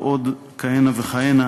ועוד כהנה וכהנה,